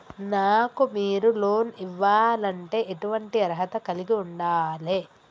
నాకు మీరు లోన్ ఇవ్వాలంటే ఎటువంటి అర్హత కలిగి వుండాలే?